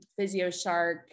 physioshark